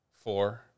Four